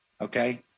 Okay